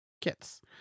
kits